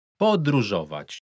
Podróżować